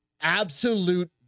absolute